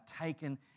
taken